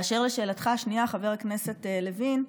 באשר לשאלתך השנייה, חבר הכנסת לוין,